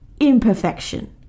imperfection